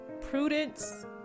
Prudence